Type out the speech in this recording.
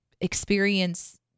experience